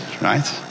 right